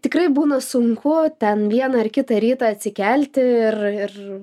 tikrai būna sunku ten vieną ar kitą rytą atsikelti ir ir